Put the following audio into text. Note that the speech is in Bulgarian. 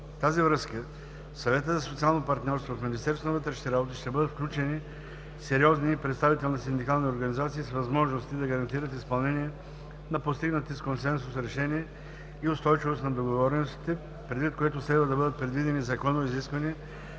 тази връзка в Съвета за социално партньорство в Министерството на вътрешните работи ще бъдат включени сериозни и представителни синдикални организации с възможности да гарантират изпълнение на постигнати с консенсус решения и устойчивост на договореностите, предвид което следва да бъдат предвидени законови изисквания